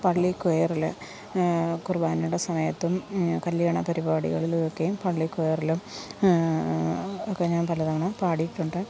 പള്ളി കൊയറിൽ കുർബാനയുടെ സമയത്തും കല്യാണ പരിപാടികളിലും ഒക്കെയും പള്ളി കൊയറിലും ഒക്കെ ഞാൻ പലതവണ പാടിയിട്ടുണ്ട്